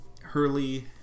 hurley